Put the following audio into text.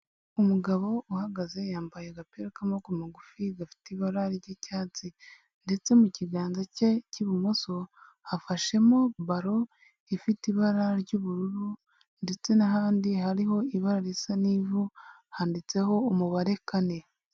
Umugabo uhagaze yambaye agapira k'amaboko magufi gafite ibara ry'icyatsi ndetse mu kiganza cye cy'ibumoso afashemo baron ifite ibara ry'ubururu ndetse n'ahandi hariho ibara risa n'ivu handitseho umubare kane.